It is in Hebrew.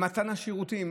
במתן השירותים.